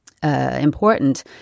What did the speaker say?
Important